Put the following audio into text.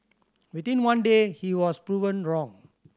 within one day he was proven wrong